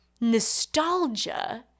nostalgia